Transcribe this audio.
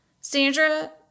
Sandra